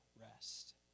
rest